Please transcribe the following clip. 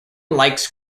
likes